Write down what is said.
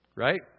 Right